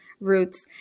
roots